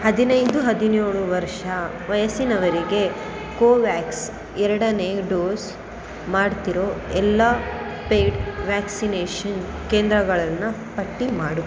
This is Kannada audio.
ಹದಿನೈದು ಹದಿನೇಳು ವರ್ಷ ವಯಸ್ಸಿನವರಿಗೆ ಕೊವ್ಯಾಕ್ಸ್ ಎರಡನೇ ಡೋಸ್ ಮಾಡ್ತಿರೋ ಎಲ್ಲ ಪೇಡ್ ವ್ಯಾಕ್ಸಿನೇಷನ್ ಕೇಂದ್ರಗಳನ್ನು ಪಟ್ಟಿ ಮಾಡು